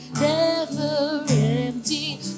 never-empty